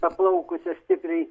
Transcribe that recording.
paplaukusią stipriai